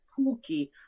Pookie